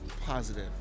positive